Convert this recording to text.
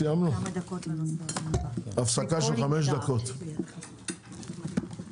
הישיבה ננעלה בשעה 11:05.